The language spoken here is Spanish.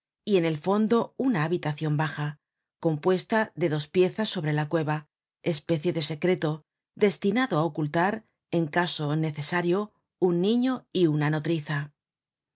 y en el fondo una habitacion baja compuesta de dos piezas sobre la cueva especie de secreto destinado á ocultar en caso necesario un niño y una nodriza